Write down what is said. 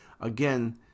Again